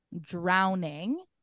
drowning